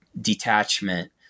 detachment